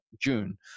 June